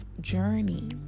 journey